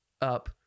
up